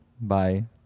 Bye